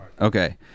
Okay